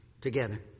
together